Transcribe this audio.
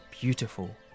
beautiful